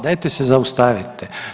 Dajte se zaustavite!